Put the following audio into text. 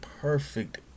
perfect